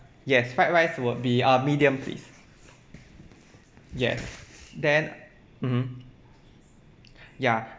yes fried rice would be uh medium please yes then mmhmm yeah